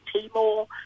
Timor